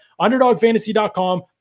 underdogfantasy.com